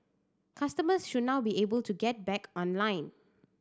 customers should now be able to get back online